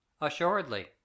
Assuredly